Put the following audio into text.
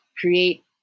create